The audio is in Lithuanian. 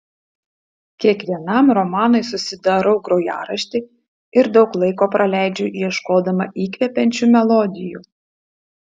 kiekvienam romanui susidarau grojaraštį ir daug laiko praleidžiu ieškodama įkvepiančių melodijų